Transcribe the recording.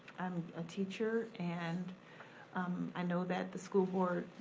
i'm a teacher and i know that the school board,